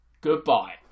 goodbye